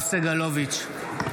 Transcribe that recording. סגלוביץ'